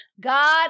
God